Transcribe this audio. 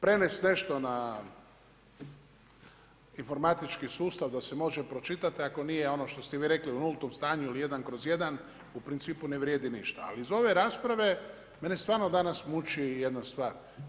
Prenest nešto na informatički sustav da se može pročitati ako nije ono što ste vi rekli u nultom stanju ili jedan kroz jedan, u principu ne vrijedi ništa ali iz ove rasprave mene stvarno danas muči jedna stvar.